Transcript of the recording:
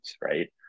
right